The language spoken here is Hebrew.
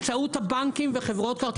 באמצעות הבנקים וחברות כרטיסי האשראי.